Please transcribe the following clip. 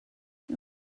you